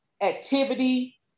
activity